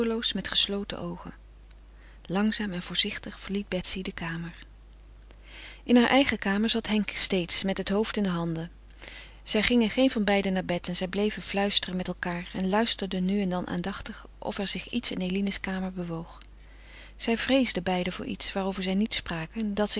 met gesloten oogen langzaam en voorzichtig verliet betsy de kamer in haar eigen kamer zat henk steeds met het hoofd in de handen zij gingen geen van beiden naar bed en zij bleven fluisteren met elkaâr en luisterden nu en dan aandachtig of er zich iets in eline's kamer bewoog zij vreesden beiden voor iets waarover zij niet spraken en dat